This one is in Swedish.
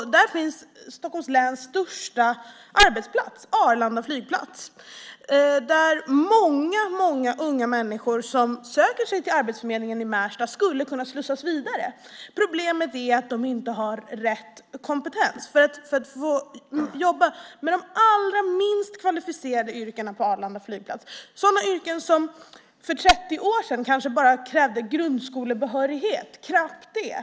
Där finns Stockholms läns största arbetsplats, Arlanda flygplats. Många unga människor som söker sig till Arbetsförmedlingen i Märsta skulle kunna slussas vidare dit. Problemet är att de inte har rätt kompetens för de allra minst kvalificerade yrkena på Arlanda flygplats. Det är sådana yrken som för 30 år sedan kanske bara krävde grundskolebehörighet och knappt det.